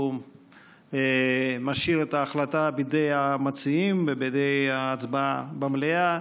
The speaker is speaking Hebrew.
הוא משאיר את ההחלטה בידי המציעים ובידי ההצבעה במליאה.